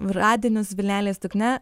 radinius vilnelės dugne